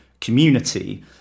community